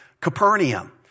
Capernaum